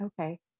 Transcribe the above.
Okay